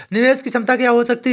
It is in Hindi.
निवेश की क्षमता क्या हो सकती है?